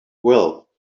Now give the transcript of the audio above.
well